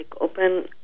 open